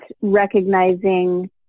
recognizing